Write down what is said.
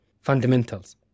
fundamentals